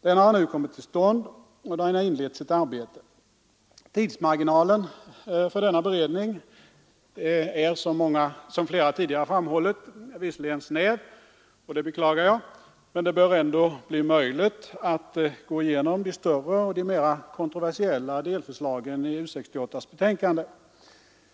Denna har nu kommit till stånd, och den har inlett sitt arbete. Tidsmarginalen för denna beredning är, som flera tidigare talare framhållit, väl snäv, och det beklagar jag, men det bör ändå bli möjligt att gå igenom de större och mer kontroversiella förslagen i U 68:s betänkande.